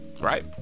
right